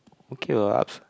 okay what ups